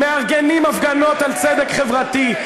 מארגנים הפגנות על צדק חברתי,